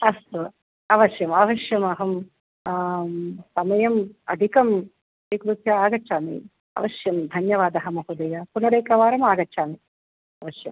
अस्तु अवश्यम् अवश्यम् अहं समयम् अधिकम् स्वीकृत्य आगच्छामि अवश्यम् धन्यवादः महोदय पुनरेकवारम् आगच्छामि अवश्यं